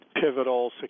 Pivotal